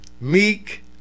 Meek